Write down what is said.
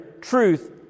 truth